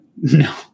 no